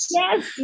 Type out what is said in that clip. yes